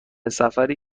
سفری